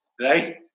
Right